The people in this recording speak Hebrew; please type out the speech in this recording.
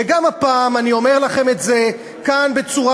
וגם הפעם אני אומר לכם את זה כאן בצורה